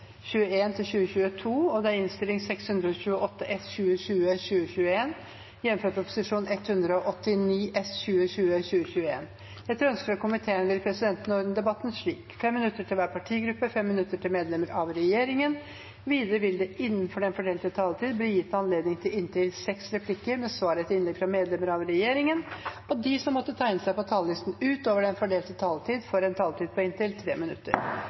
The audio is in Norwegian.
ordet til sak nr. 2. Etter ønske fra næringskomiteen vil presidenten ordne debatten slik: 5 minutter til hver partigruppe og 5 minutter til medlemmer av regjeringen. Videre vil det – innenfor den fordelte taletid – bli gitt anledning til inntil seks replikker med svar etter innlegg fra medlemmer av regjeringen, og de som måtte tegne seg på talerlisten utover den fordelte taletid, får en taletid på inntil 3 minutter.